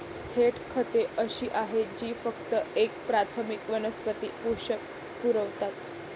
थेट खते अशी आहेत जी फक्त एक प्राथमिक वनस्पती पोषक पुरवतात